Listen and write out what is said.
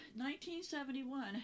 1971